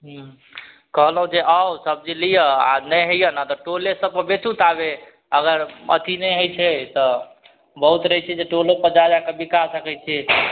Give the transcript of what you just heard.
हूँ कहलहुँ जे आउ सब्जी लिअ आओर नहि होइए ने तऽ टोले सबपर बेचू ताबे अगर अथी नहि होइ छै तऽ बहुत रहय छै जे टोलोपर जा जाके बिका सकय छी